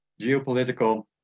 geopolitical